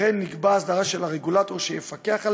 וכן נקבעה הסדרה של הרגולטור שיפקח עליהם,